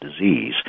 disease